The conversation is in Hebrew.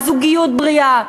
על זוגיות בריאה,